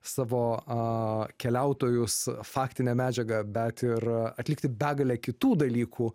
savo a keliautojus faktine medžiaga bet ir atlikti begalę kitų dalykų